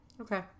Okay